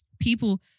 People